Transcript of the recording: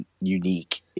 unique